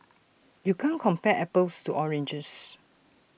you can't compare apples to oranges